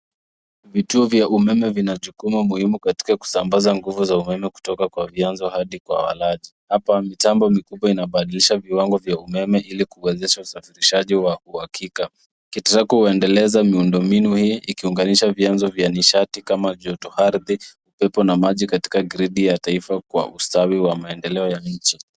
Vituo vya umeme vina jukumu muhimu katika kusambaza nguvu za umeme kutoka vyanzo hadi kwa walaji. Hapa mitambo mikubwa inabadilisha viwango vya umeme ili kuwezesha usafirishaji wa uhakika. Ketzako huendeleza miundombinu hii ikiunganisha vyanzo vya nishati kama joto ardhi, upepo na maji katika gredi ya taifa kwa ustawi wa maendeleo ya nchi.